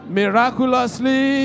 miraculously